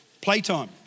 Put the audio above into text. Playtime